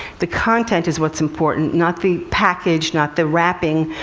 the content is what's important, not the package, not the wrapping.